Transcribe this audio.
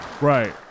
Right